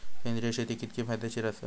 सेंद्रिय शेती कितकी फायदेशीर आसा?